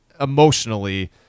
emotionally